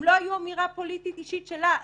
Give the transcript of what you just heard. הם לא היו אמירה פוליטית אישית שלה,